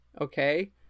okay